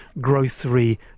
grocery